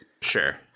Sure